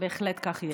בהחלט, כך יהיה.